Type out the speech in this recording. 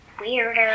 Weird